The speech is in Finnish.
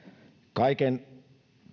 kaiken